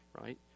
right